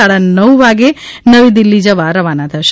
સાડા નવ વાગે નવી દિલ્ફી જવા રવાના થશે